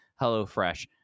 HelloFresh